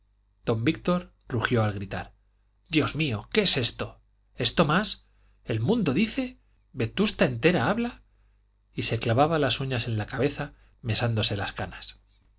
don víctor rugió al gritar dios mío qué es esto esto más el mundo dice vetusta entera habla y se clavaba las uñas en la cabeza mesándose las canas